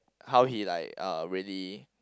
how he like uh really